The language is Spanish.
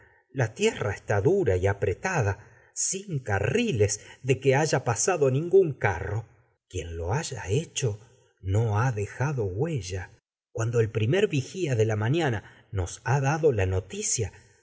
la que ha dura y apretada sin carriles de haya pasado ningún huella carro quien lo haya hecho no dejado cuando el primer vigía de la maántígoná o uaná nos ha el dado la noticia